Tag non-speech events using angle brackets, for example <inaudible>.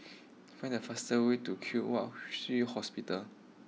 <noise> find the fastest way to Kwong Wai Shiu Hospital